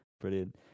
brilliant